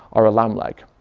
or a lamb leg?